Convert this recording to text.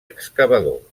excavador